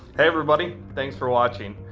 everybody. thanks for watching.